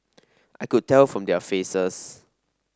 I could tell from their faces